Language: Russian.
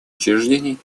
учреждений